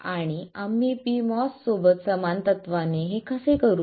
आणि आम्ही pMOS सोबत समान तत्त्वाने हे कसे करू